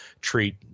treat